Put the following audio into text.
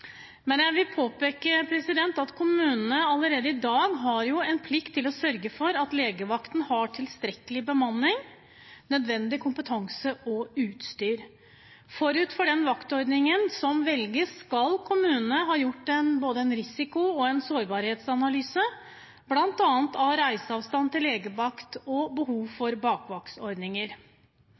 Men jeg vil påpeke at kommunene allerede i dag har en plikt til å sørge for at legevakten har tilstrekkelig bemanning, nødvendig kompetanse og utstyr. Forut for den vaktordningen som velges, skal kommunene ha gjort en risiko- og sårbarhetsanalyse av bl.a. reiseavstand til legevakt og behov